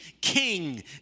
King